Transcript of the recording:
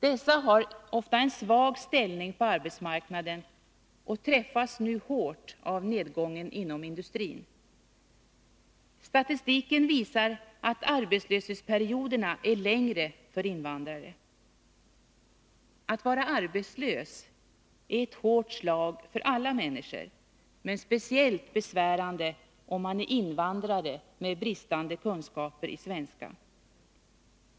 Dessa har ofta en svag ställning på arbetsmarknaden och träffas nu hårt av nedgången inom industrin. Statistiken visar att arbetslöshetsperioderna är längre för invandrare. Att vara arbetslös är ett hårt slag för alla människor, men det är speciellt besvärande om man är invandrare med bristande kunskaper i svenska.